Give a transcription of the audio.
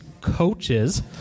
coaches